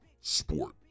sport